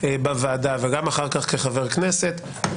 וגם אחר כך כחבר כנסת,